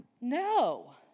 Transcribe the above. No